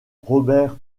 robert